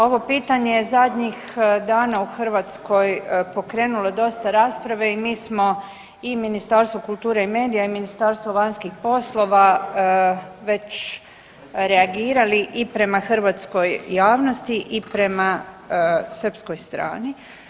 Ovo pitanje je zadnjih dana u Hrvatskoj pokrenulo dosta rasprave i mi smo, i Ministarstvo kulture i medija i Ministarstvo vanjskih poslova već reagirali i prema hrvatskoj javnosti i prema srpskoj strani.